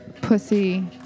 pussy